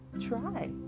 try